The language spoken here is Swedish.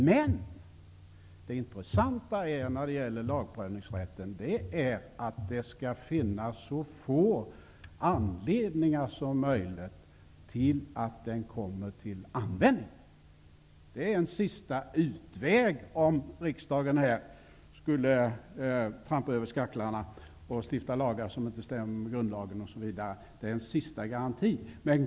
Men det intressanta när det gäller lagprövningsrätten är att det skall finnas så få anledningar som möjligt till att den kommer till användning. Den skall utgöra en sista utväg om riksdagen skulle hoppa över skaklarna och stifta lagar som inte stämmer med grundlagen osv. Den skall utgöra en sista garanti.